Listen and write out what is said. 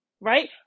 right